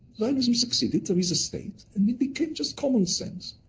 zionism succeeded, there is a state and it became just common sense.